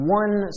one